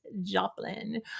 Joplin